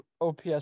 OPS